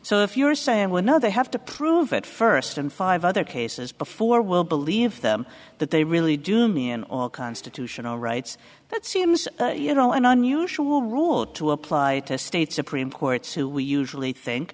so if you're saying we're not they have to prove it first and five other cases before we'll believe them that they really do me and all constitutional rights that seems you know an unusual rule to apply to state supreme courts who we usually think